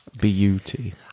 beauty